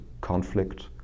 conflict